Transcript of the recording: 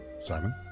Simon